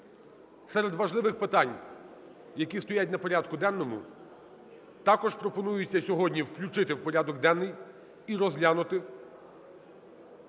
Серед важливих питань, які стоять на порядку денному, також пропонується сьогодні включити в порядок денний і розглянути